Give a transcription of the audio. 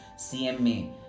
CMA